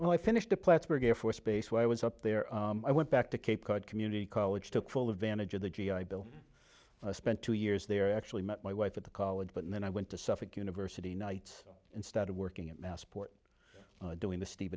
when i finished the plattsburgh air force base when i was up there i went back to cape cod community college took full advantage of the g i bill spent two years there actually met my wife at the college but then i went to suffolk university nights and started working at massport doing the steve